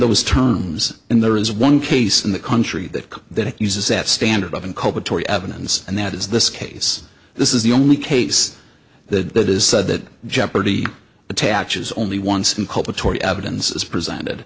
those terms and there is one case in the country that that uses that standard of inculpatory evidence and that is this case this is the only case that that is said that jeopardy attaches only once inculpatory evidence is presented